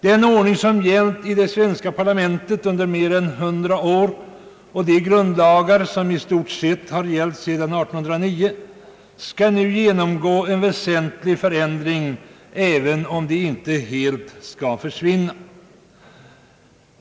Den ordning som gällt i det svenska parlamentet under mer än hundra år och de grundlagar som i stort sett har gällt sedan år 1809 skall nu genomgå en väsentlig förändring, även om de inte helt skall försvinna.